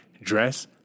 dress